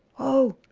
oh,